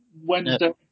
Wednesday